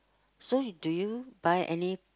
so do you buy any